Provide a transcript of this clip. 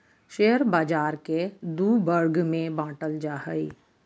share बाज़ार के दू वर्ग में बांटल जा हइ